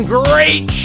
great